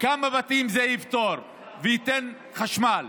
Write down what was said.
בכמה בתים זה יפתור וייתן חשמל?